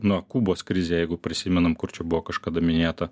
nu kubos krizę jeigu prisimenam kur čia buvo kažkada minėta